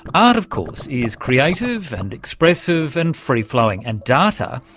art, of course, is creative and expressive and free-flowing. and data?